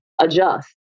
adjust